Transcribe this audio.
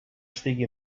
estigui